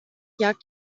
jagt